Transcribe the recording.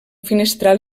finestral